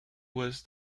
was